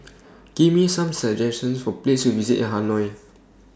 Give Me Some suggestions For Places to visit in Hanoi